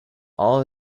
all